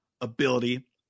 ability